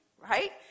right